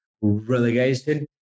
relegation